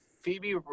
Phoebe